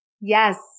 Yes